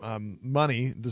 Money